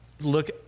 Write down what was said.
look